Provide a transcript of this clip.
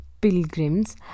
Pilgrims